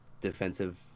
defensive